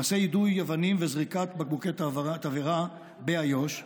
מעשי יידוי אבנים וזריקת בקבוקי תבערה באיו"ש,